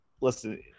listen